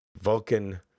Vulcan